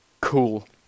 cool